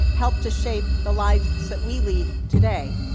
helped to shape the lives that we lead today.